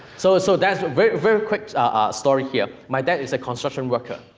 so ah so that's very very quick ah story here. my dad is a construction worker.